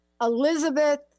Elizabeth